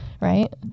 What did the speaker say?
right